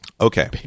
Okay